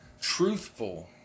truthful